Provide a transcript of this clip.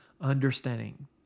understanding